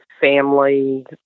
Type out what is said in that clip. family